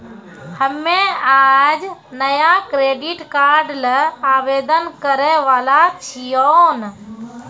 हम्मे आज नया क्रेडिट कार्ड ल आवेदन करै वाला छियौन